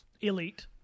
elite